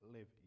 Live